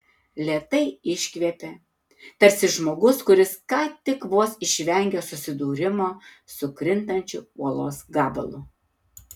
lėtai iškvėpė tarsi žmogus kuris ką tik vos išvengė susidūrimo su krintančiu uolos gabalu